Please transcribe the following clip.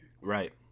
Right